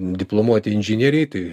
diplomuoti inžinieriai tai